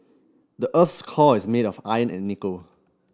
the earth's core is made of iron and nickel